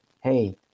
hey